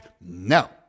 No